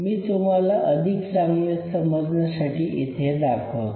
मी तुम्हाला अधिक चांगले समजण्यासाठी इथे दाखवतो